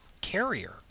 carrier